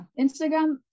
Instagram